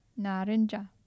Naranja